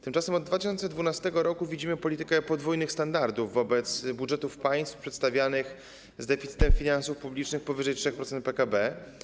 Tymczasem od 2012 r. widzimy politykę podwójnych standardów wobec budżetów państw przedstawianych z deficytem finansów publicznych powyżej 3% PKB.